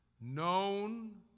known